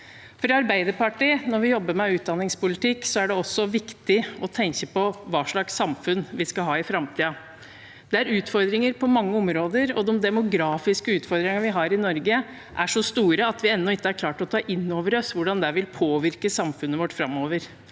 i Arbeiderpartiet jobber med utdanningspolitikk, er det også viktig å tenke på hva slags samfunn vi skal ha i framtiden. Det er utfordringer på mange områder. De demografiske utfordringene vi har i Norge, er så store at vi ennå ikke har klart å ta inn over oss hvordan det vil påvirke samfunnet vårt framover.